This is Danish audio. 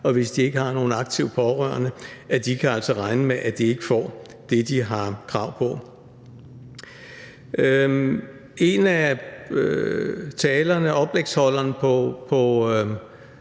som, hvis de ikke har nogle aktive pårørende, altså kan regne med, at de ikke får det, de har krav på. En af oplægsholderne